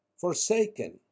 forsaken